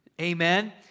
Amen